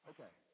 Okay